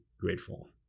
grateful